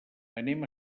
anem